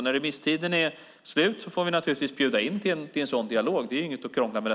När remisstiden är slut får vi naturligtvis bjuda in till en sådan dialog. Det är inget att krångla med.